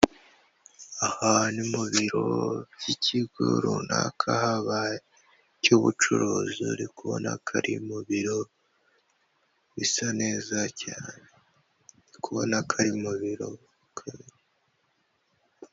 Aha ni mu biro by'ikigo runaka haba icy'ubucuruzi ari kubona ko ari mu biro bisa neza cyane, uri kubona ko ari mu biro.